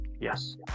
Yes